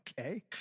Okay